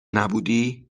نبودی